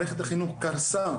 מערכת החינוך קרסה,